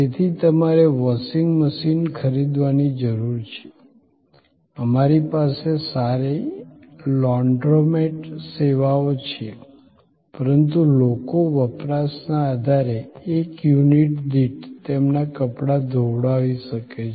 તેથી તમારે washing machine ખરીદવાની જરૂર છે અમારી પાસે સારી લોન્ડ્રોમેટ સેવાઓ છે પરંતુ લોકો વપરાશના આધારે એક યુનિટ દીઠ તેમના કપડા ધોવડાવી શકે છે